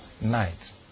night